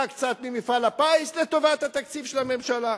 קצת ממפעל הפיס לטובת התקציב של הממשלה,